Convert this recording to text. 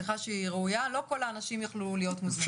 בוקר טוב,